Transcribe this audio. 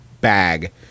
bag